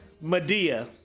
Medea